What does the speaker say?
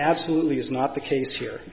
absolutely is not the case here